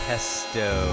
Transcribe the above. Pesto